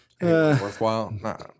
Worthwhile